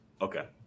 Okay